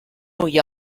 ull